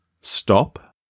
Stop